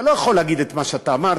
אתה לא יכול להגיד את מה שאתה אמרת.